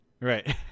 Right